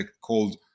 called